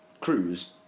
cruise